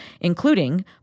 including